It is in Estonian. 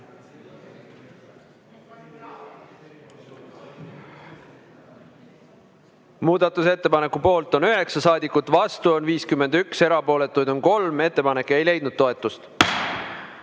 Muudatusettepaneku poolt on 9 saadikut, vastu on 51, erapooletuid on 3. Ettepanek ei leidnud toetust.